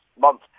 month